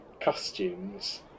costumes